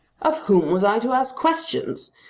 of whom was i to ask questions?